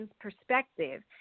perspective